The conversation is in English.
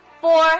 four